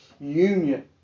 Union